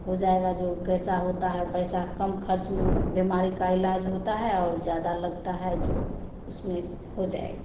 हो जाएगा जो कैसा होता है पैसा कम खर्च में बीमारी का इलाज होता है और ज़्यादा लगता है जो उसमें हो जाए